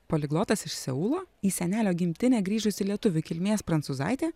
poliglotas iš seulo į senelio gimtinę grįžusi lietuvių kilmės prancūzaitė